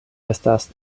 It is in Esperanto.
estas